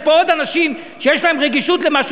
יש פה עוד אנשים שיש להם רגישות למשהו.